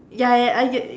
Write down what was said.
ya ya I get it